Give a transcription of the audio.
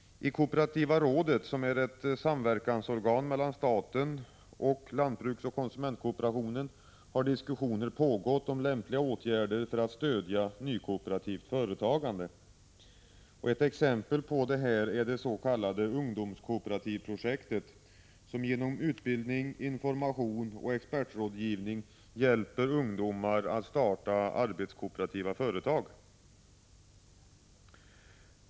I Kooperativa rådet som är ett samverkansorgan mellan staten, lantbruksoch konsumentkooperationen har diskussioner pågått om lämpliga åtgärder för att stödja nykooperativt företagande. Ett exempel på detta är det s.k. ungdomskooperativprojek tet som genom utbildning, information och expertrådgivning hjälper ungdomar att starta arbetskooperativa företag.